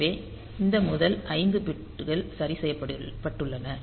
எனவே இந்த முதல் 5 பிட்கள் சரி செய்யப்பட்டுள்ளன